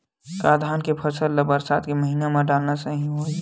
का धान के फसल ल बरसात के महिना डालना सही होही?